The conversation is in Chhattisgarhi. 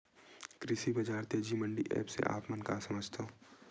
कृषि बजार तेजी मंडी एप्प से आप मन का समझथव?